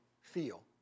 feel